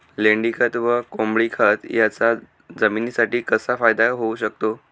लेंडीखत व कोंबडीखत याचा जमिनीसाठी कसा फायदा होऊ शकतो?